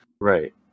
right